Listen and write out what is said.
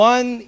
One